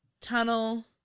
tunnel